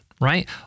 right